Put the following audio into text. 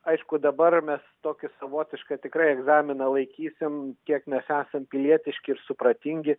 aišku dabar mes tokį savotišką tikrai egzaminą laikysim kiek mes esam pilietiški ir supratingi